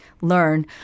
learn